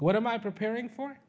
what am i preparing for